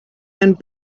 and